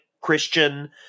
Christian